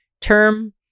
term